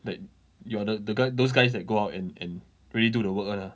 that you are the guy those guys that go out and and really do the work [one] lah